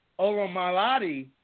Oromalati